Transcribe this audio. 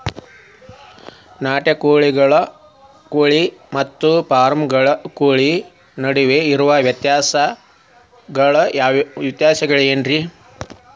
ನಾಟಿ ಕೋಳಿ ಮತ್ತ ಫಾರಂ ಕೋಳಿ ನಡುವೆ ಇರೋ ವ್ಯತ್ಯಾಸಗಳೇನರೇ?